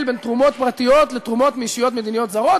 בין תרומות פרטיות לתרומות מישויות מדיניות זרות,